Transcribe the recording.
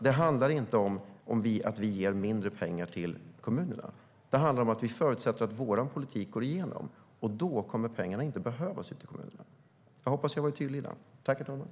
Det handlar inte om att vi ger mindre pengar till kommunerna. Det handlar om att vi förutsätter att vår politik går igenom, och då kommer pengarna inte att behövas ute i kommunerna. Jag hoppas att jag har varit tydlig med detta.